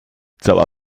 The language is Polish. cała